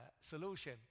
solution